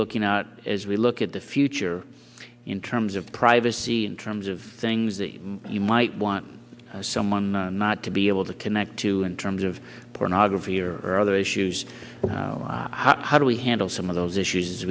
looking out as we look at the future in terms of privacy in terms of things that you might want someone not to be able to connect to in terms of pornography or other issues how do we handle some of those issues